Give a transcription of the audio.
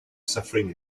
suffering